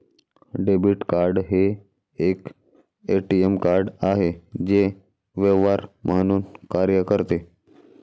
debit card हे एक ATM card आहे जे व्यवहार म्हणून कार्य करते